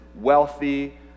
wealthy